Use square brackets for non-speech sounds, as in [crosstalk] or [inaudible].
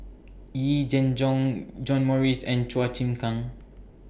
[noise] Yee Jenn Jong John Morrice and Chua Chim Kang